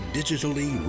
digitally